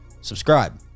Subscribe